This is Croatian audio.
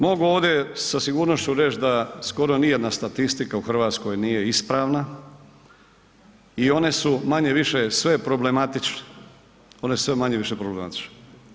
Mogu ovdje sa sigurnošću reći da skoro nijedna statistika u Hrvatskoj nije ispravna i one su manje-više sve problematične, one su sve manje-više problematične.